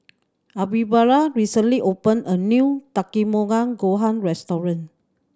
Alvira recently opened a new Takikomi Gohan Restaurant